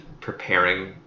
preparing